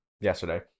yesterday